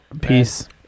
Peace